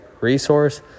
resource